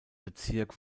bezirk